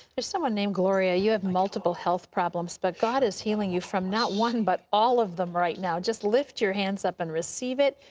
there's someone named gloria. you have multiple health problems, but god is healing you from not one but all of them right now. just lift your hands up and receive it,